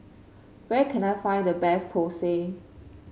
where can I find the best thosai